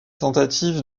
tentative